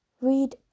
read